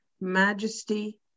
majesty